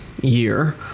year